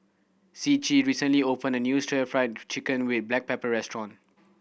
Ciji recently opened a new stir fried chicken with black pepper restaurant